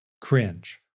cringe